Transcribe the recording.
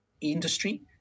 industry